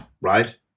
right